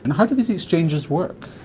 and how do these exchanges work?